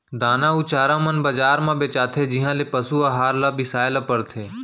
दाना अउ चारा मन बजार म बेचाथें जिहॉं ले पसु अहार ल बिसाए ल परथे